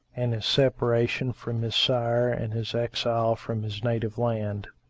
and his separation from his sire and his exile from his native land